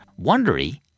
Wondery